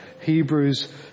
Hebrews